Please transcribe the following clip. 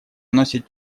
носит